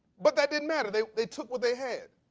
but that didn't matter. they they took what they had.